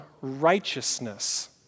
righteousness